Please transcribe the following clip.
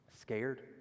Scared